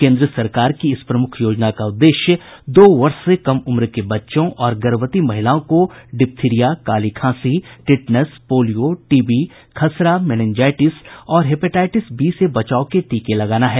केन्द्र सरकार की इस प्रमुख योजना का उद्देश्य दो वर्ष से कम उम्र के बच्चों और गर्भवती महिलाओं को डिप्थिरिया काली खांसी टिटनेस पोलियो टीबी खसरा मेनिनजाइटिस और हेपेटाइटिस बी से बचाव के टीके लगाना है